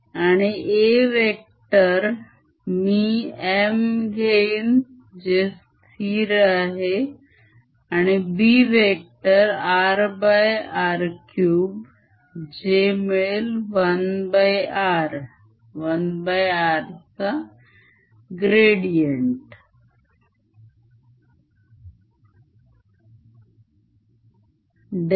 आणि A vector मी m घेईन जे स्थिर आहे आणि B वेक्टर rr3 जे मिळेल 1r 1rचा gradient